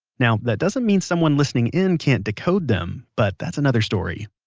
now, that doesn't mean someone listening in can't decode them, but that's another story.